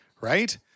Right